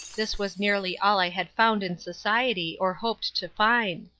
this was nearly all i had found in society, or hoped to find.